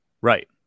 right